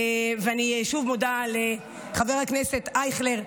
ואני שוב מודה לחבר הכנסת אייכלר,